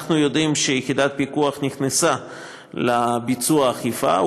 אנחנו יודעים שיחידת הפיקוח נכנסה לביצוע האכיפה,